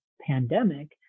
pandemic